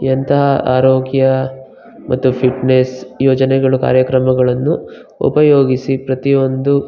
ಎಂತಹ ಆರೋಗ್ಯ ಮತ್ತು ಫಿಟ್ ನೆಸ್ ಯೋಜನೆಗಳು ಕಾರ್ಯಕ್ರಮಗಳನ್ನು ಉಪಯೋಗಿಸಿ ಪ್ರತಿಯೊಂದು